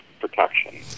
protection